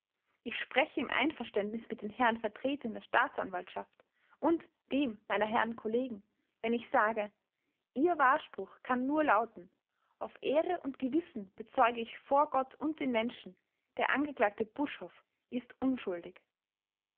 ich spreche im einverständnis mit den herren vertretern der staatsanwaltschaft und dem meiner herren kollegen wenn ich sage ihr wahrspruch kann nur lauten auf ehre und gewissen bezeuge ich vor gott und den menschen der angeklagte buschhoff ist unschuldig